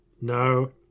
No